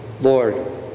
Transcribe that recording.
Lord